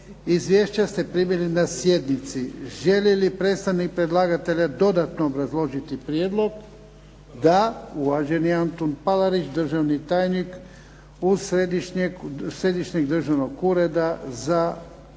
Izvješća ste primili na sjednici. Želi li predstavnik predlagatelja dodatno obrazložiti prijedlog? Da. Uvaženi Antun Palarić, državni tajnik u Središnjem državnom uredu za